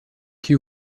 qui